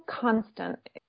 constant